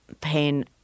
pain